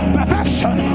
Perfection